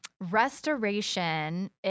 restoration